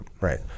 right